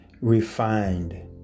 refined